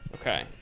Okay